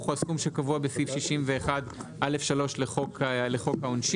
מהסכום שקבוע בסעיף 61א(3) לחוק העונשין,